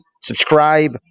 Subscribe